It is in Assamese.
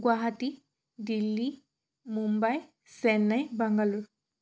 গুৱাহাটী দিল্লী মুম্বাই চেন্নাই বাংগালোৰ